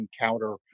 encounter